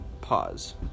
pause